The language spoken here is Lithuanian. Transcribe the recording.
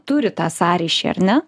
turi tą sąryšį ar ne